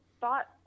thought